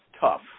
tough